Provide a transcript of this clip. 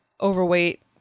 overweight